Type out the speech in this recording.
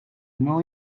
know